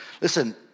Listen